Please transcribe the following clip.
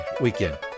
Weekend